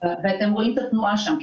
רואים את התנועה שם,